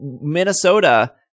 Minnesota